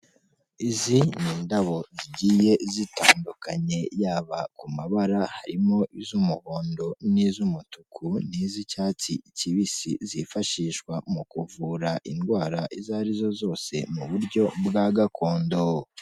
Izi ni indabo zigiye zitandukanye, yaba ku mabara, harimo iz'umuhondo n'iz'umutuku n'iz'icyatsi kibisi, zifashishwa mu kuvura indwara izo arizo zose, mu buryo bwa gakondo.